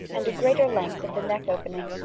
and a greater length of the neck opening,